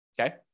Okay